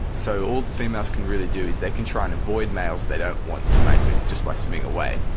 so all the females can really do is they can try and avoid males they don't want to mate with just by swimming away,